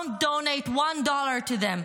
don't donate one dollar to them.